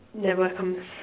never comes